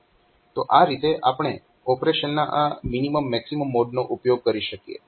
તો આ રીતે આપણે ઓપરેશનના આ મિનીમમ મેક્સીમમ મોડનો ઉપયોગ કરી શકીએ